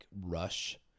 rush